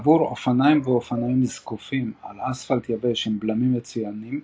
עבור אופניים ואופנועים זקופים על אספלט יבש עם בלמים מצוינים,